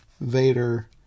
Vader